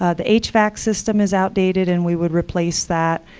ah the hvac system is outdated, and we would replace that.